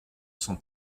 s’en